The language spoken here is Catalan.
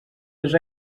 les